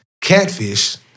Catfish